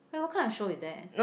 eh what kind of show is that